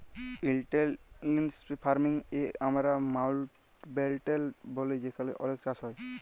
intensive farming কে আমরা মাউল্টব্যাটেল ব্যলি যেখালে অলেক চাষ হ্যয়